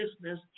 business